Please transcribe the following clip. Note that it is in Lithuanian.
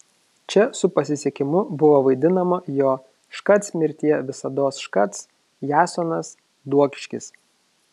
čia su pasisekimu buvo vaidinama jo škac mirtie visados škac jasonas duokiškis